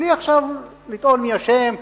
בלי לטעון עכשיו מי אשם,